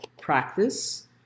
practice